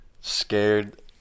scared